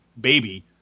baby